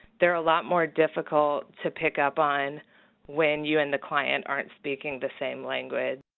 they're a lot more difficult to pick up on when you and the client aren't speaking the same language.